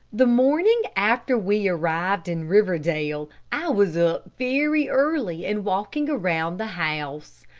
the morning after we arrived in riverdale i was up very early and walking around the house.